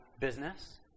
business